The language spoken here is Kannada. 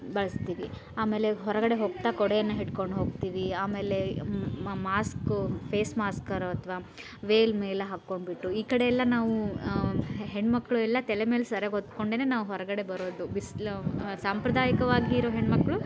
ಬಳಸ್ತೀವಿ ಆಮೇಲೆ ಹೊರಗಡೆ ಹೋಗ್ತಾ ಕೊಡೆಯನ್ನು ಹಿಡ್ಕೊಂಡು ಹೋಗ್ತೀವಿ ಆಮೇಲೆ ಮಾಸ್ಕು ಫೇಸ್ ಮಾಸ್ಕರೂ ಅಥ್ವಾ ವೇಲ್ ಮೇಲೆ ಹಾಕೊಂಬಿಟ್ಟು ಈ ಕಡೆಯೆಲ್ಲ ನಾವು ಹೆಣ್ಮಕ್ಕಳು ಎಲ್ಲ ತಲೆ ಮೇಲೆ ಸೆರಗು ಹೊದ್ಕೊಂಡೇನೆ ನಾವು ಹೊರಗಡೆ ಬರೋದು ಬಿಸಿಲು ಸಾಂಪ್ರದಾಯಿಕವಾಗಿರೋ ಹೆಣ್ಮಕ್ಕಳು